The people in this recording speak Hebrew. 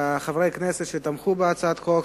לחברי הכנסת שתומכים בהצעת החוק,